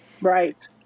Right